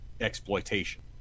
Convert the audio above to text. exploitation